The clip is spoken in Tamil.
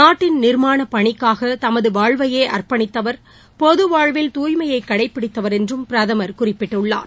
நாட்டின் நிர்மாணபணிக்காகதமதுவாழ்வையேஅர்ப்பணித்தவர் பொதுவாழ்வில் தூய்மையைகடைபிடித்தவர் என்றும் பிரதமர் குறிப்பிட்டுள்ளார்